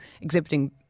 exhibiting